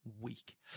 week